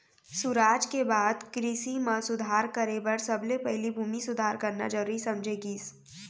सुराज के बाद कृसि म सुधार करे बर सबले पहिली भूमि सुधार करना जरूरी समझे गिस